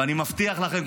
ואני מבטיח לכם,